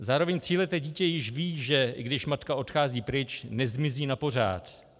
Zároveň tříleté dítě již ví, že i když matka odchází pryč, nezmizí napořád.